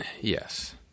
yes